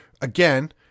again